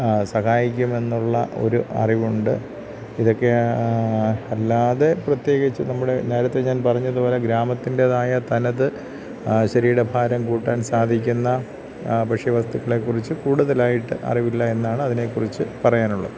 സഹായിക്കുമെന്നുള്ള ഒരു അറിവുണ്ട് ഇതൊക്കെയാണ് അല്ലാതെ പ്രത്യേകിച്ച് നമ്മുടെ നേരത്തെ ഞാൻ പറഞ്ഞത് പോലെ ഗ്രാമത്തിൻറ്റേതായ തനത് ശരീരഭാരം കൂട്ടാൻ സാധിക്കുന്ന ഭക്ഷ്യ വസ്തുക്കളെ കുറിച്ച് കൂടുതലായിട്ട് അറിവില്ല എന്നാണതിനെ കുറിച്ച് പറയാനുള്ളൂ